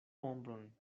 ombron